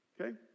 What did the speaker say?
Okay